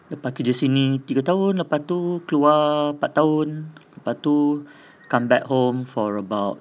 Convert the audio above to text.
lepas kerja sini tiga tahun lepas tu keluar empat tahun lepas tu come back home for about